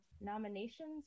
nominations